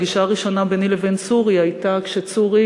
הפגישה הראשונה ביני לבין צורי הייתה כשצורי